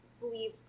believe